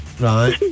right